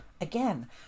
Again